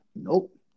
nope